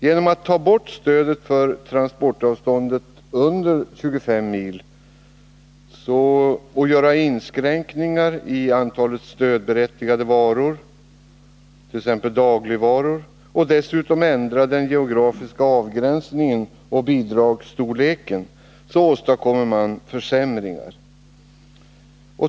Genom att ta bort stöd för transportavstånd under 25 mil och göra inskränkningar i antalet stödberättigade varor, t.ex. dagligvaror, och dessutom ändra den geografiska avgränsningen och bidragsstorleken åstadkommer man försämringar.